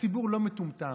הציבור לא מטומטם.